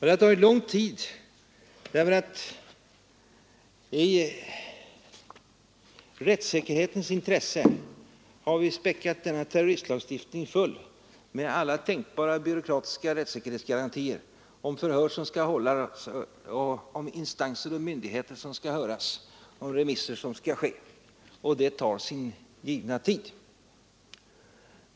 Det har tagit lång tid därför att vi i rättssäkerhetens intresse har späckat denna terroristlagstiftning med alla tänkbara byråkratiska rättssäkerhetsgarantier, om förhör som skall hållas, om instanser och myndigheter som skall höras och om remisser som skall ske. Detta tar sin givna tid.